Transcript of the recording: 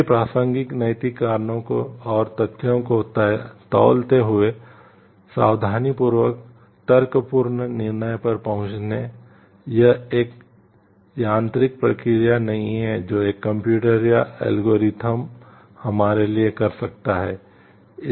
सभी प्रासंगिक नैतिक कारणों और तथ्यों को तौलते हुए सावधानीपूर्वक तर्कपूर्ण निर्णय पर पहुंचें यह एक यांत्रिक प्रक्रिया नहीं है जो एक कंप्यूटर या एल्गोरिथ्म हमारे लिए कर सकता है